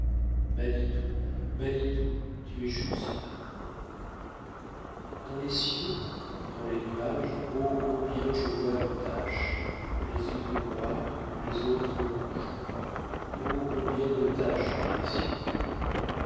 manitou manitou tu es juste dans les cieux dans les nuages oh combien je vois de taches les unes noires les autres rouges oh combien de taches dans les cieux